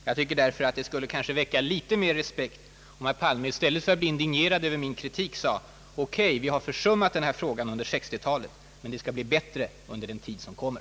Jag tycker därför att det skulle väcka litet mera respekt, om herr Palme i stället för att bli indignerad över min kritik sade: OK, vi har försummat den här frågan under 1960-talet, men det skall bli bättre under den tid som kommer.